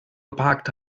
geparkt